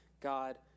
God